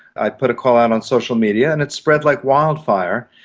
i put a call out on social media and it spread like wildfire.